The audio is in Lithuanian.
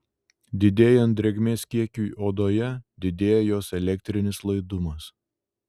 didėjant drėgmės kiekiui odoje didėja jos elektrinis laidumas